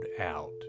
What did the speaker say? out